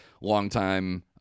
longtime